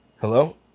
Hello